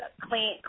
clean